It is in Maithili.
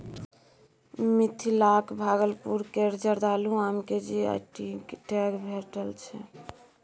मिथिलाक भागलपुर केर जर्दालु आम केँ जी.आई टैग भेटल छै